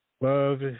Love